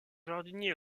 jardinier